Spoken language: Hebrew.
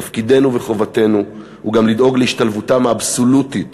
תפקידנו וחובתנו הם גם לדאוג להשתלבותם האבסולוטית